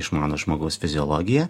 išmano žmogaus fiziologiją